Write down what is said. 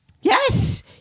yes